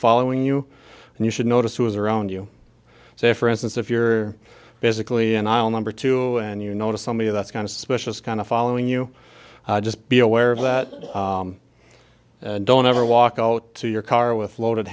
following you and you should notice who is around you say for instance if you're basically an aisle number two and you notice somebody that's kind of suspicious kind of following you just be aware of that don't ever walk out to your car with loaded